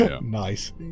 nice